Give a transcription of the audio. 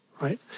right